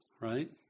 right